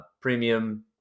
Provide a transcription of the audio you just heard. premium